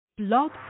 Blog